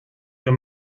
wir